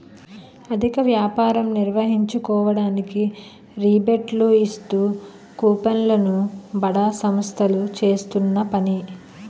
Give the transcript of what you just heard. అధిక వ్యాపారం నిర్వహించుకోవడానికి రిబేట్లు ఇస్తూ కూపన్లు ను బడా సంస్థలు చేస్తున్న పని